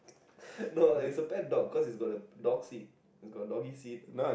no lah is a bad dog cause it's got a dog seat it's got a doggy seat